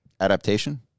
Adaptation